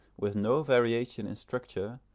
with no variation in structure,